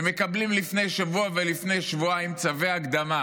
ומקבלים לפני שבוע ולפני שבועיים צווי הקדמה